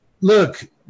Look